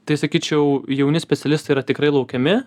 tai sakyčiau jauni specialistai yra tikrai laukiami